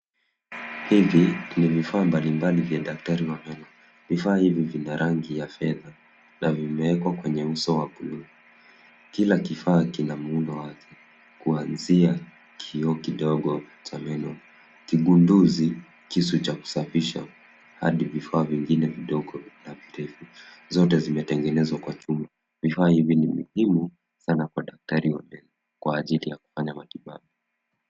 Hivi ni vifaa mbalimbali vya daktari wa meno. Vifaa hivi vina rangi ya fedha, na vimewekwa kwenye uso wa bluu. Kila kifaa kina muundo wake, kuanzia kioo kidogo cha meno, kibunduzi, kisu cha kusafisha, hadi vifaa vingine vidogo na virefu. Zote zimetengenezwa kwa chuma. Vifaa hivi ni muhimu, sana kwa daktari wa meno, kwa ajili ya kufanya matibabu.